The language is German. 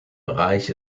bereich